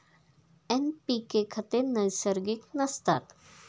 NPK खते नैसर्गिक नसतात